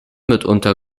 mitunter